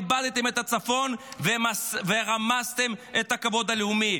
איבדתם את הצפון ורמסתם את הכבוד הלאומי.